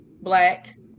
black